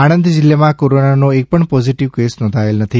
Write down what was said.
આણંદ જિલ્લામાં કોરોનાનો એકપણ પોઝિટીવ કેસ નોંધાયેલ નથી